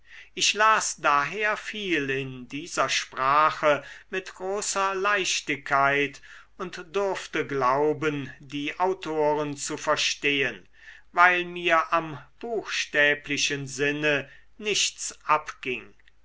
ich las daher viel in dieser sprache mit großer leichtigkeit und durfte glauben die autoren zu verstehen weil mir am buchstäblichen sinne nichts abging